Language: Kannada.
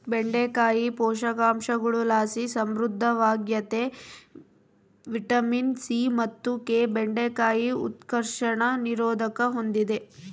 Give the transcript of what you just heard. ಬೆಂಡೆಕಾಯಿ ಪೋಷಕಾಂಶಗುಳುಲಾಸಿ ಸಮೃದ್ಧವಾಗ್ಯತೆ ವಿಟಮಿನ್ ಸಿ ಮತ್ತು ಕೆ ಬೆಂಡೆಕಾಯಿ ಉತ್ಕರ್ಷಣ ನಿರೋಧಕ ಹೂಂದಿದೆ